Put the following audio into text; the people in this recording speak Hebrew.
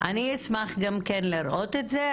אני אשמח גם כן לראות את זה,